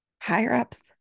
Higher-ups